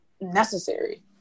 necessary